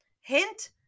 Hint